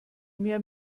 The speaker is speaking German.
mir